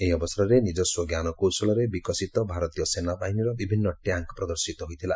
ଏହି ଅବସରରେ ନିକସ୍ୱ ଜ୍ଞାନକୌଶଳରେ ବିକଶିତ ଭାରତୀୟ ସେନାବାହିନୀର ବିଭିନ୍ନ ଟ୍ୟାଙ୍କ୍ ପ୍ରଦର୍ଶିତ ହୋଇଥିଲା